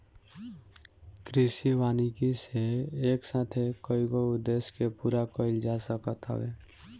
कृषि वानिकी से एक साथे कईगो उद्देश्य के पूरा कईल जा सकत हवे